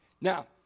Now